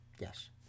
Yes